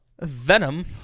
Venom